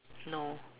no